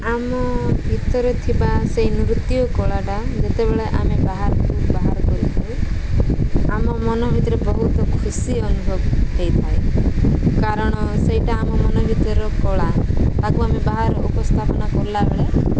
ଆମ ଭିତରେ ଥିବା ସେଇ ନୃତ୍ୟ କଳାଟା ଯେତେବେଳେ ଆମେ ବାହାରକୁ ବାହାର କରିଥାଉ ଆମ ମନ ଭିତରେ ବହୁତ ଖୁସି ଅନୁଭବ ହେଇଥାଏ କାରଣ ସେଇଟା ଆମ ମନ ଭିତର କଳା ଆଗକୁ ଆମେ ବାହାରେ ଉପସ୍ଥାପନା କଲାବେେଳେ